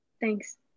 thanks